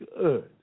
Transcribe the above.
good